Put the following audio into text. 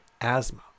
asthma